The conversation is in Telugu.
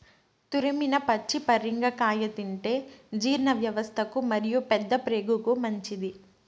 తురిమిన పచ్చి పరింగర కాయ తింటే జీర్ణవ్యవస్థకు మరియు పెద్దప్రేగుకు మంచిది